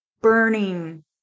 burning